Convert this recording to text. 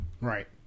Right